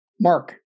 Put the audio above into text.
Mark